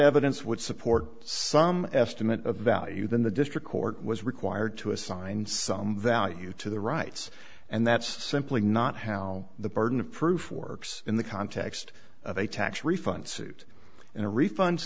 evidence would support some estimate of value then the district court was required to assign some value to the rights and that's simply not how the burden of proof works in the context of a tax refund suit in a refund